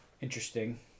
Interesting